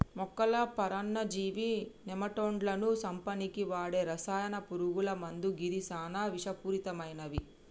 మొక్కల పరాన్నజీవి నెమటోడ్లను సంపనీకి వాడే రసాయన పురుగుల మందు గిది సానా విషపూరితమైనవి